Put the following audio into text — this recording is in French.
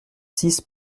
six